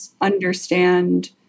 understand